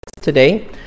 today